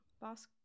Boss